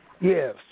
Yes